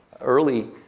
early